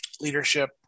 leadership